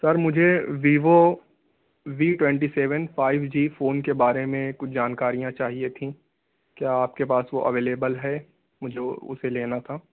سر مجھے Vivo V twenty seven five G phone کے بارے میں کچھ جانکاریاں چاہیے تھیں کیا آپ کے پاس وہ اویلیبل ہے مجھے اسے لینا تھا